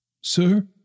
Sir